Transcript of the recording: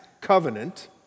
covenant